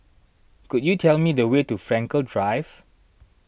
could you tell me the way to Frankel Drive